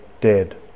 dead